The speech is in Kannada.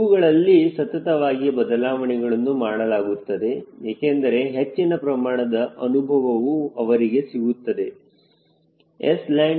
ಇವುಗಳಲ್ಲಿ ಸತತವಾಗಿ ಬದಲಾವಣೆಗಳನ್ನು ಮಾಡಲಾಗುತ್ತದೆ ಏಕೆಂದರೆ ಹೆಚ್ಚಿನ ಪ್ರಮಾಣದ ಅನುಭವವು ಅವರಿಗೆ ಸಿಗುತ್ತದೆ Sland0